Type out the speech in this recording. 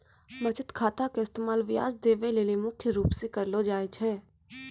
बचत खाता के इस्तेमाल ब्याज देवै लेली मुख्य रूप से करलो जाय छै